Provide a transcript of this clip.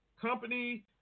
company